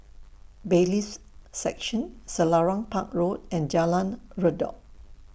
Bailiffs' Section Selarang Park Road and Jalan Redop